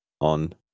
on